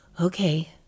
okay